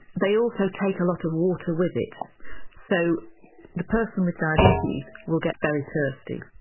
they also take a lot of water with it so the person with diabetes will get very thirsty.